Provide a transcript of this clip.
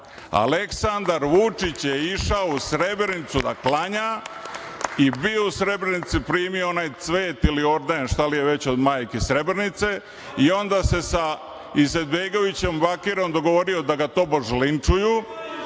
Aleksandar Vučić je išao u Srebrenicu da klanja i bio u Srebrenici, primio onaj cvet ili orden, šta li je već, od „Majki Srebrenice“ i onda se sa Izetbegovićem Bakirom dogovorio da ga tobož linčuju,